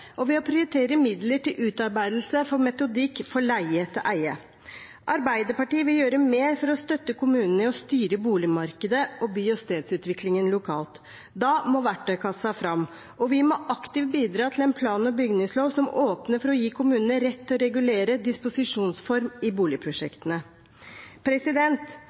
og ved å prioritere midler til utarbeidelse av en metodikk for leie-til-eie. Arbeiderpartiet vil gjøre mer for å støtte kommunene i å styre boligmarkedet og by- og stedsutviklingen lokalt. Da må verktøykassa fram, og vi må aktivt bidra til en plan- og bygningslov som åpner for å gi kommunene rett til å regulere disposisjonsform i boligprosjektene.